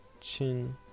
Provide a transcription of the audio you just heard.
chin